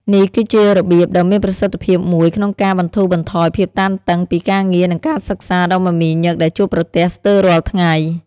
នេះគឺជារបៀបដ៏មានប្រសិទ្ធភាពមួយក្នុងការបន្ធូរបន្ថយភាពតានតឹងពីការងារនិងការសិក្សាដ៏មមាញឹកដែលជួបប្រទះស្ទើររាល់ថ្ងៃ។